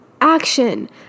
action